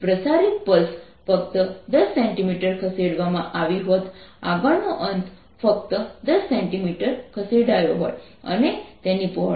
પ્રસારિત પલ્સ ફક્ત 10 cm ખસેડવામાં આવી હોત આગળનો અંત ફક્ત 10 cm ખસેડાયો હોય અને તેની પહોળાઈ 0